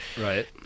Right